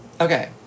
Okay